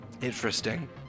Interesting